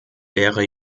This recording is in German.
wäre